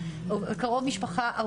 או קרוב משפחה,